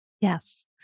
Yes